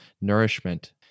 nourishment